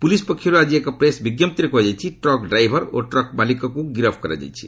police ପକ୍ଷରୁ ଆଜି ଏକ ପ୍ରେସ୍ ବିଜ୍ଞପ୍ତିରେ କୁହାଯାଇଛି ଟ୍ରକ୍ ଡ୍ରାଇଭର୍ ଓ ଟ୍ରକ୍ ମାଲିକକୁ ଗିରଫ୍ କରାଯାଇଛି